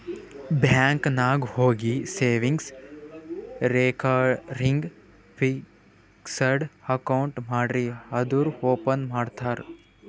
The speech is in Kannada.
ಬ್ಯಾಂಕ್ ನಾಗ್ ಹೋಗಿ ಸೇವಿಂಗ್ಸ್, ರೇಕರಿಂಗ್, ಫಿಕ್ಸಡ್ ಅಕೌಂಟ್ ಮಾಡ್ರಿ ಅಂದುರ್ ಓಪನ್ ಮಾಡ್ತಾರ್